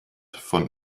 von